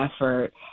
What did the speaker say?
effort